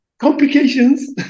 complications